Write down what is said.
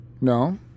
No